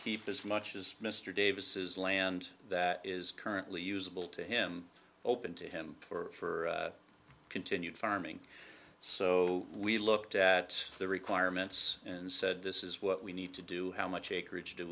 keep as much as mr davis land that is currently usable to him open to him for continued farming so we looked at the requirements and said this is what we need to do how much